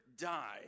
die